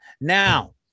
Now